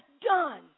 done